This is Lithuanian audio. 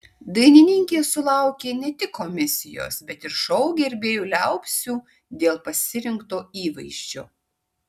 dainininkė sulaukė ne tik komisijos bet ir šou gerbėjų liaupsių dėl pasirinkto įvaizdžio